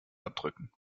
abdrücken